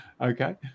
okay